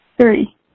Three